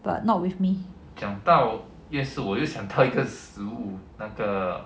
but not with me